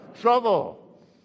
Trouble